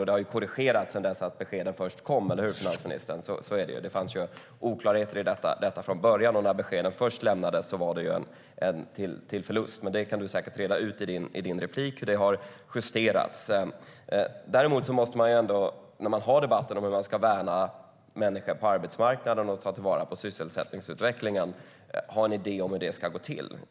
Detta har korrigerats sedan beskeden först kom, eller hur, finansministern - det fanns oklarheter i detta från början, och när beskeden först lämnades var det en förlust. Detta kan Magdalena Andersson säkert reda ut i sitt nästa inlägg, för det har justerats. Däremot måste man ändå när man har en debatt om hur man ska värna människor på arbetsmarknaden och ta till vara sysselsättningsutvecklingen ha en idé om hur det ska gå till.